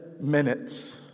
minutes